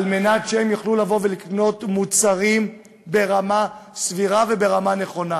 כדי שהם יוכלו לקנות מוצרים ברמה סבירה ונכונה.